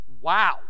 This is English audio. Wow